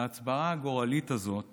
להצבעה הגורלית הזאת